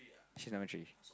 three numbers already